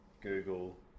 Google